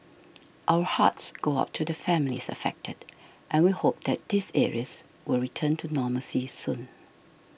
our hearts go out to the families affected and we hope that these areas will return to normalcy soon